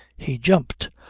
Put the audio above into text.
he jumped.